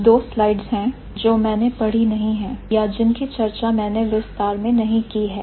कुछ दोस्त लाइट्स है जो मैंने पढ़ी नहीं है या जिनकी चर्चा मैंने विस्तार में नहीं की है